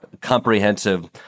comprehensive